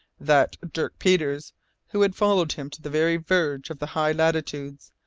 that dirk peters who had followed him to the very verge of the high latitudes,